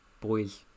Boys